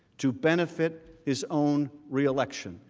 to benefit his own reelection.